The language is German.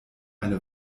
eine